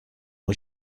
muy